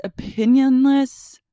opinionless